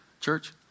Church